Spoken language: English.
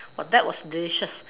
that was delicious